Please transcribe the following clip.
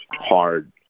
hard